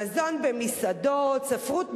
מזון במסעדות, ספרות מקצועית,